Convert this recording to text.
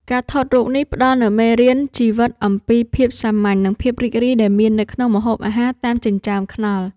ការថតរូបនេះផ្ដល់នូវមេរៀនជីវិតអំពីភាពសាមញ្ញ និងភាពរីករាយដែលមាននៅក្នុងម្ហូបអាហារតាមចិញ្ចើមថ្នល់។